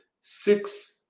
six